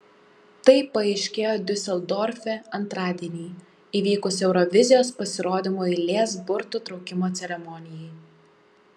tai paaiškėjo diuseldorfe antradienį įvykus eurovizijos pasirodymų eilės burtų traukimo ceremonijai